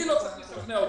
אותי לא צריך לשכנע.